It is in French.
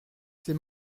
c’est